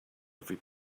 every